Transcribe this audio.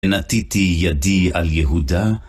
ונתיטי ידי על יהודה